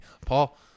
Paul